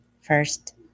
First